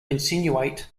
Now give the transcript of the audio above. insinuate